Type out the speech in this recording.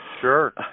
Sure